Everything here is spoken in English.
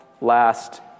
last